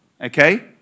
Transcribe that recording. okay